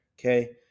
okay